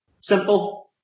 Simple